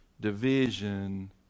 division